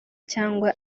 cyangwa